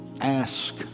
Ask